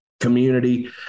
community